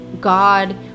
God